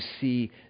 see